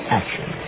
action